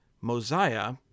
Mosiah